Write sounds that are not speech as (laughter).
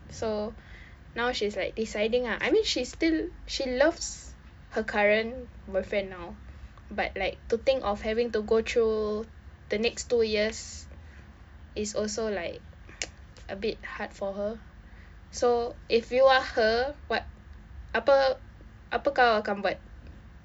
so now she's like deciding lah I mean she still she loves her current boyfriend now but like to think of having to go through the next two years is also like (noise) a bit hard for her so if you are her what apa apa kau akan buat